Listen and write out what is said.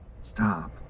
stop